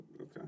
Okay